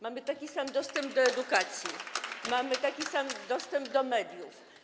Mamy taki sam dostęp do edukacji, mamy taki sam dostęp do mediów.